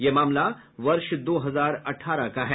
यह मामला वर्ष दो हजार अठारह का है